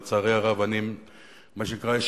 לצערי הרב אני מה שנקרא,